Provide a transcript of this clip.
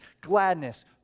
gladness